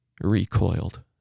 recoiled